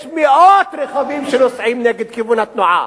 יש מאות רכבים שנוסעים נגד כיוון התנועה.